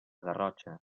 garrotxa